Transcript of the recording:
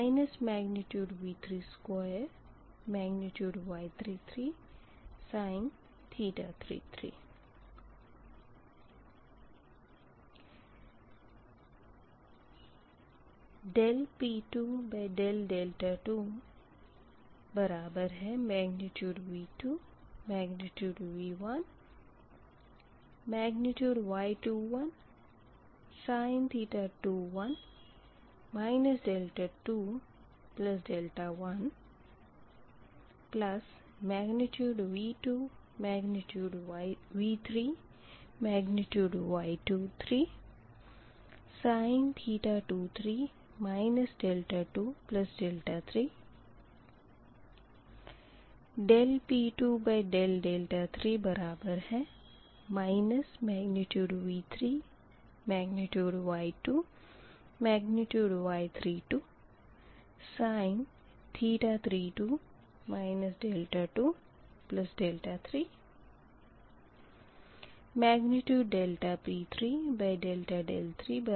फिर dp3 d3 बराबर है V3V1Y31sin 31 31 जमा V3V2Y23sin 32 32 इसी तरह से dp3 d2 बराबर है माइनस V3V2Y32 sin 32 3∆2 2 के